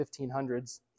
1500s